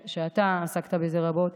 עסקת בזה רבות,